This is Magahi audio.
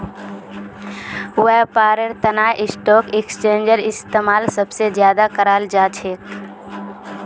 व्यापारेर तना स्टाक एक्स्चेंजेर इस्तेमाल सब स ज्यादा कराल जा छेक